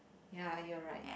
ya you're right